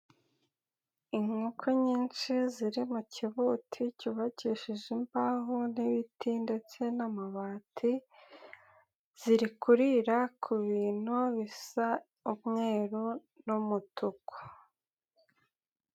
Inkoko nyinshi ziri mu kibuti cyubakishijeje imbaho n'ibiti ndetse n'amabati, ziri kurira ku bintu bisa umweru n'umutuku.